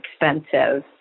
expensive